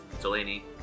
Delaney